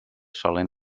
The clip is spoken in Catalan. solen